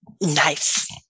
Nice